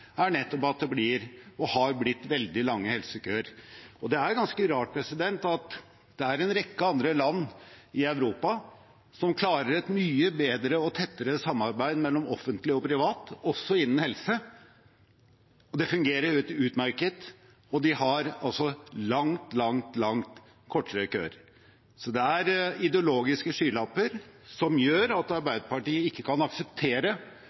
er nettopp at det blir, og har blitt, veldig lange helsekøer. Det er ganske rart at det er en rekke andre land i Europa som klarer å ha et mye bedre og tettere samarbeid mellom offentlig og privat, også innen helse. Det fungerer utmerket, og de har altså langt, langt, langt kortere køer. Så det er ideologiske skylapper som gjør at Arbeiderpartiet ikke kan akseptere